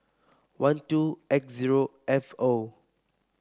one two X zero F O